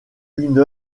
une